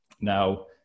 Now